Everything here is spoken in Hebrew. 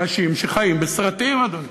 אנשים שחיים בסרטים, אדוני.